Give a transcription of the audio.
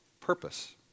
purpose